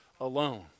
alone